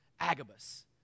Agabus